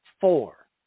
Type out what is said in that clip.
four